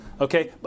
Okay